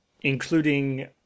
Including